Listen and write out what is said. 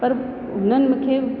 पर हुननि मूंखे